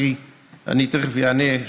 תכף אענה,